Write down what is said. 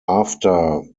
after